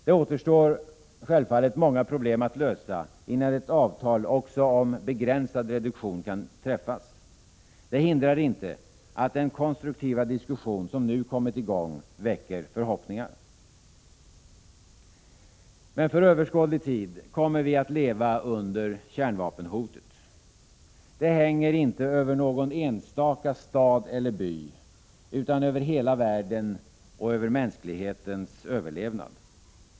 Det återstår självfallet många problem att lösa innan ett avtal också om begränsad reduktion kan träffas. Det hindrar inte att den konstruktiva diskussion som nu kommit i gång väcker förhoppningar. Men för överskådlig tid kommer vi att leva under kärnvapenhotet: Det hänger inte över någon enstaka stad eller by utan över hela världen och över mänsklighetens 20 överlevnad.